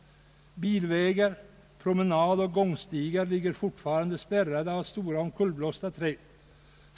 Bilvägar, promenadoch gångstigar ligger fortfarande spärrade av stora omkullblåsta träd.